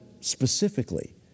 specifically